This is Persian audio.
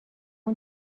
مون